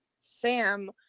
Sam